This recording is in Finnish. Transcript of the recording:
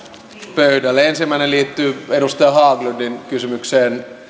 pöydälle ensimmäinen liittyy edustaja haglundin kysymykseen